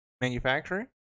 manufacturing